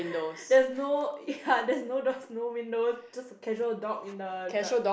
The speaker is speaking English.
there's no ya there's no doors no windows just a casual dog in the drive